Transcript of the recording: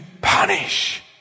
punish